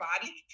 body